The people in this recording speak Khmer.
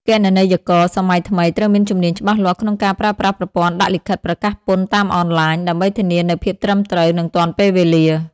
គណនេយ្យករសម័យថ្មីត្រូវមានជំនាញច្បាស់លាស់ក្នុងការប្រើប្រាស់ប្រព័ន្ធដាក់លិខិតប្រកាសពន្ធតាមអនឡាញ ដើម្បីធានានូវភាពត្រឹមត្រូវ និងទាន់ពេលវេលា។